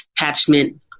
attachment